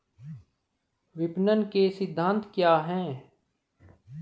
विपणन के सिद्धांत क्या हैं?